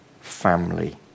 Family